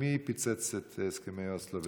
ומי פוצץ את ההסכמי אוסלו?